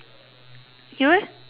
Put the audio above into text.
you leh